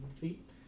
feet